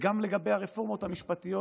וגם לגבי הרפורמות המשפטיות.